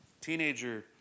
Teenager